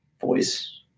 voice